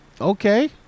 Okay